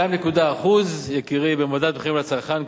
2.1% במדד המחירים לצרכן,